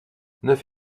neuf